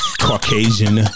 Caucasian